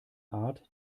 art